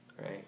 right